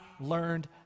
learned